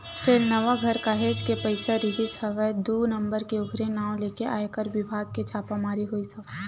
फेलनवा घर काहेच के पइसा रिहिस हवय दू नंबर के ओखर नांव लेके आयकर बिभाग के छापामारी होइस हवय